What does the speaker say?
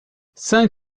cinq